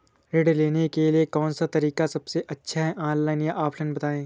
ऋण लेने के लिए कौन सा तरीका सबसे अच्छा है ऑनलाइन या ऑफलाइन बताएँ?